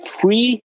Free